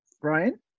Brian